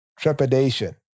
trepidation